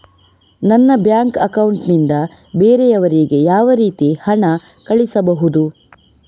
ನನ್ನ bank account ನಿಂದ ಬೇರೆಯವರಿಗೆ ಯಾವ ರೀತಿ ಹಣ ಕಳಿಸಬಹುದು?